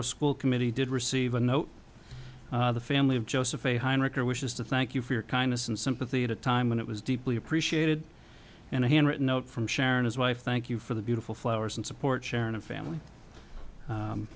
o school committee did receive a note the family of joseph a heinrich or wishes to thank you for your kindness and sympathy at a time when it was deeply appreciated and a handwritten note from sharon his wife thank you for the beautiful flowers and support sharon and family